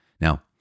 Now